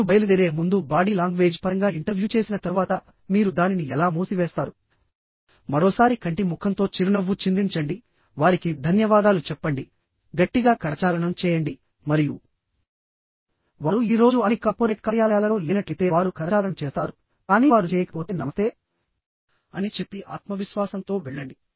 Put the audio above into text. మీరు బయలుదేరే ముందు బాడీ లాంగ్వేజ్ పరంగా ఇంటర్వ్యూ చేసిన తర్వాత మీరు దానిని ఎలా మూసివేస్తారు మరోసారి కంటి ముఖంతో చిరునవ్వు చిందించండి వారికి ధన్యవాదాలు చెప్పండి గట్టిగా కరచాలనం చేయండి మరియు వారు ఈ రోజు అన్ని కార్పొరేట్ కార్యాలయాలలో లేనట్లయితే వారు కరచాలనం చేస్తారు కానీ వారు చేయకపోతే నమస్తే అని చెప్పి ఆత్మవిశ్వాసంతో వెళ్లండి